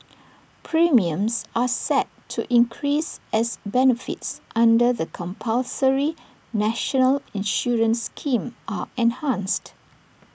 premiums are set to increase as benefits under the compulsory national insurance scheme are enhanced